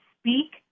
speak